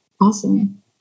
Awesome